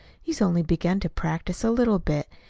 he's only begun to practice a little bit.